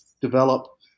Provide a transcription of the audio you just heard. develop